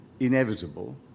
inevitable